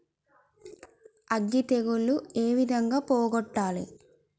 అగ్గి తెగులు ఏ విధంగా పోగొట్టాలి?